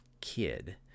kid